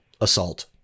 assault